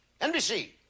NBC